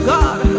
God